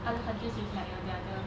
other countries with like your the other